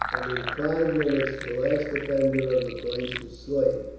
and in five minutes the last defender of the place was slain.